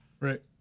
right